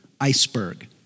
iceberg